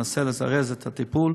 אני אנסה לזרז את הטיפול.